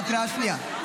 אנחנו בהקראה שנייה.